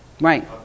Right